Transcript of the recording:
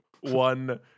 one